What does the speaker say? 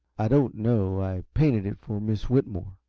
i don't know i painted it for miss whitmore,